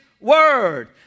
word